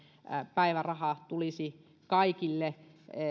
päiväraha tulisi kaikille